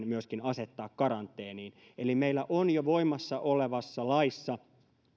myöskin asettaa karanteeniin eli meillä on jo voimassa olevassa laissa